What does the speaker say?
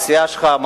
לסיעה שלך,